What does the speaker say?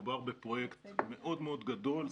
מדובר בפרויקט מאוד מאוד גדול,